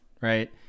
right